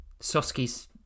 Soski's